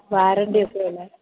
വാറണ്ടിയൊക്കെയുള്ള